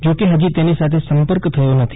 જોકે હજી તેની સાથે સંપર્ક થયો નથી